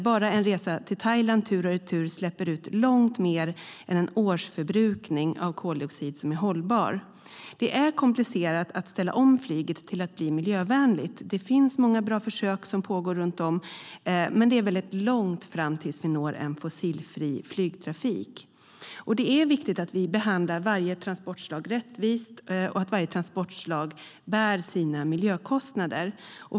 Bara en resa till Thailand tur och retur släpper ut långt mer än en årsförbrukning av hållbar koldioxid. Det är komplicerat att ställa om flyget till att bli miljövänligt. Det finns många pågående bra försök, men det ligger långt fram tills vi når en fossilfri flygtrafik. Det är viktigt att vi behandlar varje transportslag rättvist och att varje transportslag bär sina miljökostnader.